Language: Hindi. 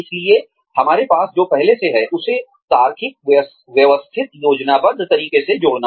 इसलिए हमारे पास जो पहले से है उसे तार्किक व्यवस्थित योजनाबद्ध तरीके से जोड़ना